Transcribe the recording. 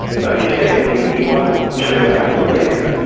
so as you said, he he won two battles there.